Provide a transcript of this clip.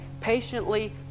patiently